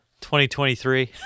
2023